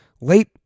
Late